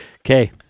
Okay